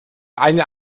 eine